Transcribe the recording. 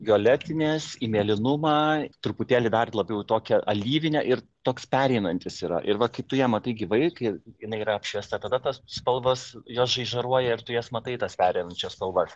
violetinės į mėlynumą truputėlį dar labiau į tokią alyvinę ir toks pereinantis yra ir va kai tu ją matai gyvai kai jinai yra apšviesta tada tas spalvas jos žaižaruoja ir tu jas matai tas pereinančias spalvas